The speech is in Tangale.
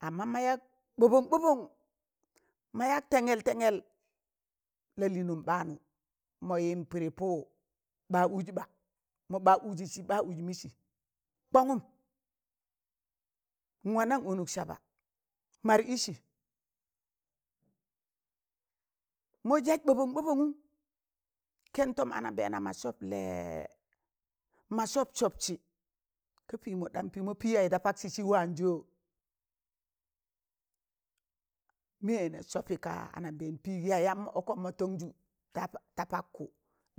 Amma ma yak ɓọɓom ɓoɓom, ma yak tẹngẹl tẹngẹl, lalịịnụm ɓaanụ mọ yịm pịdị pụwụ ɓa ụzị, ba mọ ɓa ụzị sịɓa ụz mịsị kọnguṃ, nwanan ọnụk saba mar ịsị mọs yas ɓọbọn ɓọbọnụm, kẹn tom anambẹẹna ma sop lẹẹ, ma sọp sọpsị ka pịmọ ɗam pịmọ pị yaị da paksị sị warẹn zọ, mịyẹ ne sọpị kaa anambẹẹn pịk yayam mọ ọkọm mọ tọnzụ ta pakkụ,